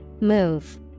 Move